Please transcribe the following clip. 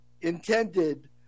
intended